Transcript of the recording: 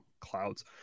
clouds